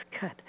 cut